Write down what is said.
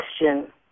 question